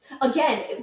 again